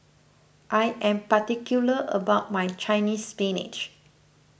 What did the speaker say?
I am particular about my Chinese Spinach